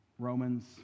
Romans